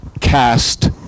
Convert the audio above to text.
cast